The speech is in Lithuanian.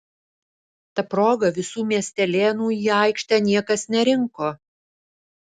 ta proga visų miestelėnų į aikštę niekas nerinko